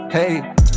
Hey